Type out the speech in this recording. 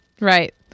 Right